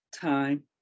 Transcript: time